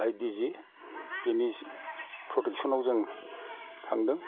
आइ दि जि बेनि फ्रथेकसनाव जों थांदों